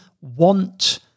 want